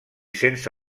sense